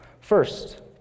First